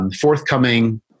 Forthcoming